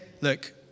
look